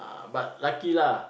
but lucky lah